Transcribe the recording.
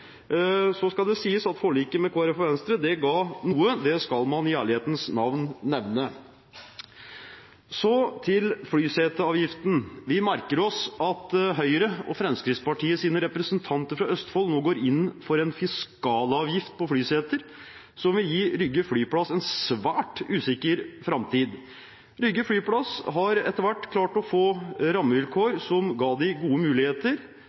Så skal det sies at forliket med Kristelig Folkeparti og Venstre ga noe, det skal man i ærlighetens navn nevne. Til flyseteavgiften: Vi merker oss at Høyre og Fremskrittspartiets representanter fra Østfold nå går inn for en fiskalavgift på flyseter, noe som vil gi Moss Lufthavn Rygge en svært usikker framtid. Moss Lufthavn Rygge har etter hvert klart å få rammevilkår som har gitt dem gode muligheter.